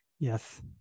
yes